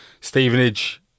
Stevenage